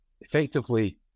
effectively